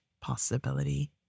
possibility